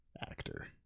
actor